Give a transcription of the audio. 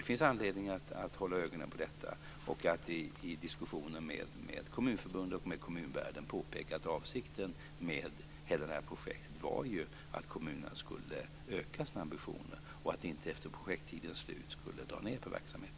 Det finns anledning att hålla ögonen på detta och att i diskussioner med kommunförbund och kommunvärlden påpeka att avsikten med hela detta projekt var att kommunerna skulle öka sina ambitioner och inte efter projekttidens slut dra ned på verksamheten.